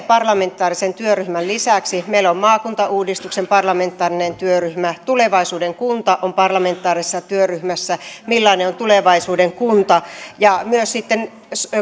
parlamentaarisen sote työryhmän lisäksi meillä on maakuntauudistuksen parlamentaarinen työryhmä tulevaisuuden kunta on parlamentaarisessa työryhmässä millainen on tulevaisuuden kunta ja myös sitten